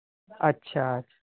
अछा अछ